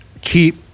keep